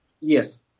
Yes